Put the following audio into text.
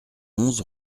onze